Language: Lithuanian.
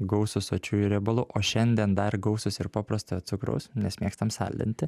gausūs sočiųjų riebalų o šiandien dar gausūs ir paprastojo cukraus nes mėgstam saldinti